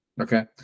okay